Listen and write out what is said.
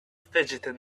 fidgeted